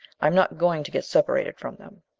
i'm not going to get separated from them!